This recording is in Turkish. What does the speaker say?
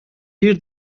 bir